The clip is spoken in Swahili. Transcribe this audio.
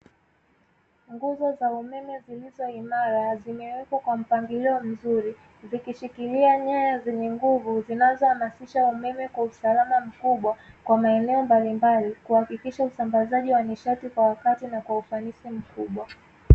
Nguzo za umeme zilizoimara, zimewekwa kwa mpangilio mzuri, zikishikilia nyaya zenye nguvu zinazohamasisha umeme kwa usalama mkubwa kwa maeneo mbalimbali, kuhakikisha usambazaji wa nishati kwa wakati na kwa ufanisi mkubwa.